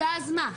ואז מה?